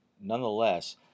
nonetheless